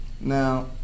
now